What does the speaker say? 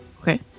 Okay